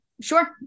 Sure